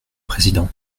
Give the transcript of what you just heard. président